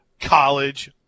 college